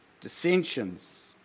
dissensions